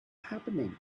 happening